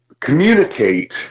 communicate